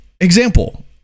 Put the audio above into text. example